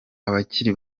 abakiri